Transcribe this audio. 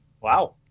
Wow